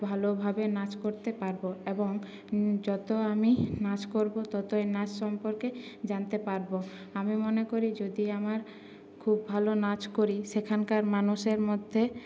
ভালোভাবে নাচ করতে পারবো এবং যত আমি নাচ করবো ততই নাচ সম্পর্কে জানতে পারবো আমি মনে করি যদি আমার খুব ভালো নাচ করি সেখানকার মানুষের মধ্যে